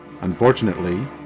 Unfortunately